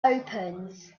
opens